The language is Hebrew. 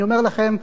אני אומר לכם,